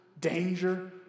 danger